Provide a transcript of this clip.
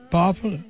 Powerful